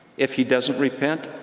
if he doesn't repent,